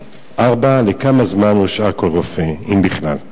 4. לכמה זמן הושעה כל רופא, אם בכלל?